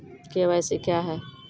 KYC क्या हैं?